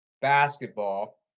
Basketball